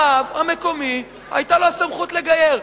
הרב המקומי היתה לו הסמכות לגייר.